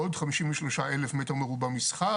עוד חמישים ושלושה אלף מטר מרובע מסחר